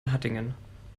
hattingen